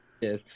Yes